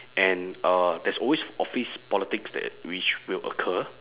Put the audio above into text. and uh there's always office politics that which will occur